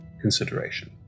consideration